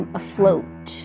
afloat